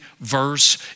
verse